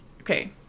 okay